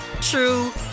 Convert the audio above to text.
true